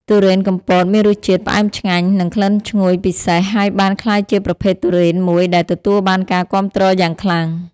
ទុរេនកំពតមានរសជាតិផ្អែមឆ្ងាញ់ និងក្លិនឈ្ងុយពិសេស ហើយបានក្លាយជាប្រភេទទុរេនមួយដែលទទួលបានការគាំទ្រយ៉ាងខ្លាំង។